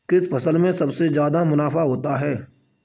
किस फसल में सबसे जादा मुनाफा होता है?